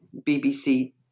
BBC